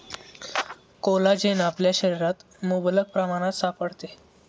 collagen आपल्या शरीरात मुबलक प्रमाणात सापडते